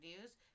news